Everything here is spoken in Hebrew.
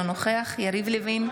אינו נוכח יריב לוין,